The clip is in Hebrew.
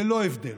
ללא הבדל,